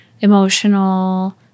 emotional